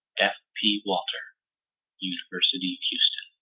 f. p. walter university of houston